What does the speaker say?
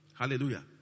Hallelujah